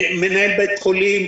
מנהל בית חולים,